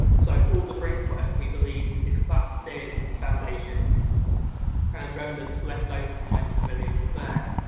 so all the brickwork we believed is collapsed-in foundations and remnants left over from when the pavilion was there.